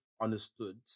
understood